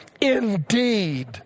indeed